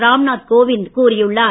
ராம்நாத் கோவிந்த் கூறியுள்ளார்